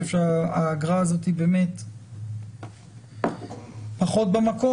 שהאגרה הזו היא באמת פחות במקום,